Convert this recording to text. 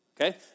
Okay